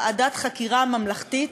ועדת חקירה ממלכתית,